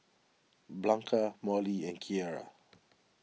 Blanca Molly and Kiera